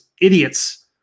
idiots